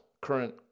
current